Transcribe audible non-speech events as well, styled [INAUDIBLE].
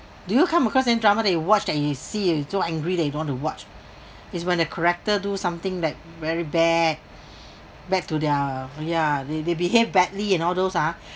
do you come across in drama that you watched that you see you so angry that you don't want to watch is when the character do something that very bad [BREATH] bad to their yeah they they behave badly in all those ah